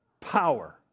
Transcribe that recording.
power